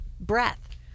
breath